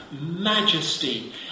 majesty